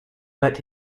but